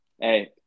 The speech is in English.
Hey